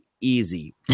easy